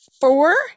four